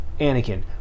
Anakin